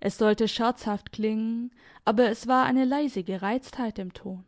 es sollte scherzhaft klingen aber es war eine leise gereiztheit im ton